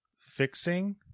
fixing